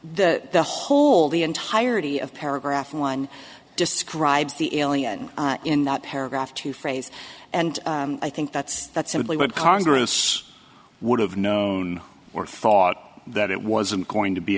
the the whole the entirety of paragraph one describes the alien in that paragraph to phrase and i think that's that's simply what congress would have known or thought that it wasn't going to be